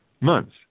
Months